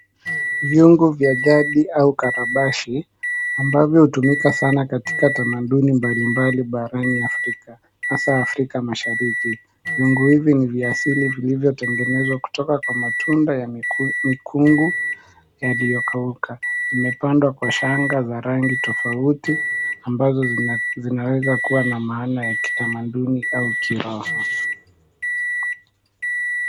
Viungo vya jadi au karabashi ambavyo hutumika sana katika tamaduni mbalimbali barani Afrika, hasa Afrika Mashariki. Viungo hivi ni vya asili vilivyotengenezwa kutoka kwa matunda ya mikungu yaliyokauka. Zimepandwa kwa shanga za rangi tofauti ambazo zinaweza kuwa na maana ya kitamaduni au kiroho.